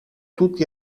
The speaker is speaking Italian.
tutti